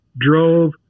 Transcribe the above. drove